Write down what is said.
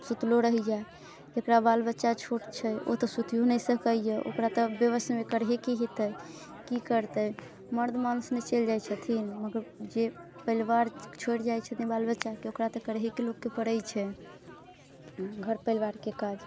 सुतलो रही जाइ जकरा बाल बच्चा छोट छै ओ तऽ सुइतियो नहि सकैये ओकरा तऽ बेवशमे करहेके हेतै की करतै मरद मानस ने चलि जाइ छथिन मगर जे परिवार छोड़ि जाइ छथिन बाल बच्चाके ओकरा तऽ करहेके लोकके पड़ै छै घर परिवारके काज